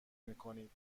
میکنید